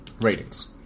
ratings